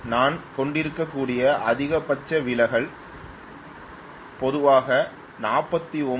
நான் கொண்டிருக்கக்கூடிய அதிகபட்ச விலகல் பொதுவாக 49